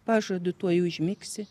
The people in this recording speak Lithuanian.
pažadu tuoj užmigsi